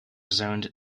zoned